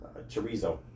Chorizo